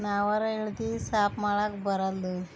ನಾವರ ಇಳ್ದು ಸಾಫ್ ಮಾಡಾಕ ಬರಲ್ದು